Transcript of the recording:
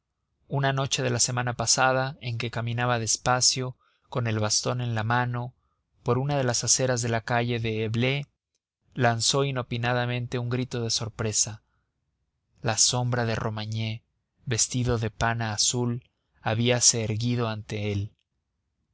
una noche de la semana pasada en que caminaba despacio con el bastón en la mano por una de las aceras de la calle de eblé lanzó inopinadamente un grito de sorpresa la sombra de romagné vestido de pana azul habíase erguido ante él